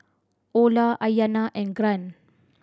Orla Aiyana and Grant